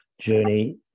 journey